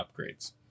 upgrades